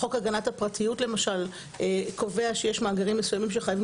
חוק הגנת הפרטיות למשל קובע שיש מאגרים מסוימים שחייבים